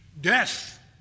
death